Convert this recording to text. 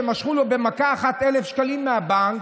שבו משכו במכה אחת 1,000 שקלים מהבנק,